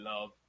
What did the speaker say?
love